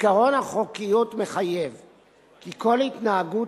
עקרון החוקיות מחייב כי כל התנהגות